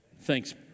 Thanks